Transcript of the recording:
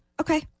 Okay